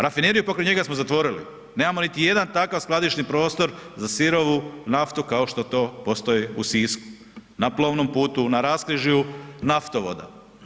Rafineriju pokraj njega smo zatvorili, nemamo niti jedan takav skladišni prostor za sirovu naftu kao što to postoji u Sisku na plovnom putu, na raskrižju naftovoda.